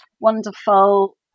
wonderful